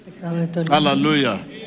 Hallelujah